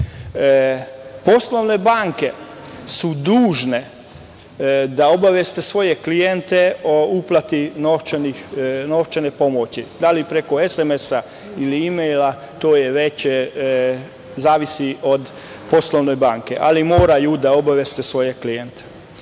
banke su dužne da obaveste svoje klijente o uplati novčane pomoći, da li preko sms poruka ili mejla, to već zavisi od poslovne banke, ali moraju da obaveste svoje klijente.